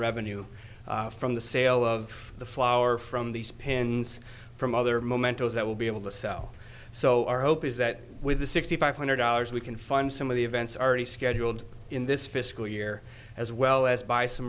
revenue from the sale of the flower from these pens from other momentos that will be able to sell so our hope is that with the sixty five hundred dollars we can find some of the events are already scheduled in this fiscal year as well as by some